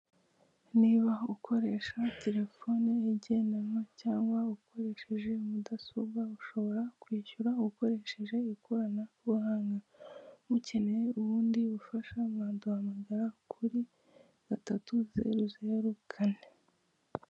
Niba ukoresha telefone igendanwa cyangwa ukoresheje mudasobwa ushobora kwishyura ukoresheje ikoranabuhanga, mukeneye ubundi bufasha mwaduhamagara kuri gatatu zeru zeru kane.